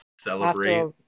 Celebrate